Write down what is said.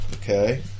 Okay